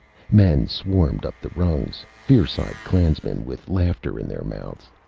men swarmed up the rungs, fierce-eyed clansmen with laughter in their mouths.